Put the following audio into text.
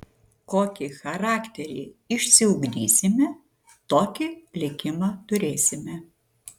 kokį charakterį išsiugdysime tokį likimą turėsime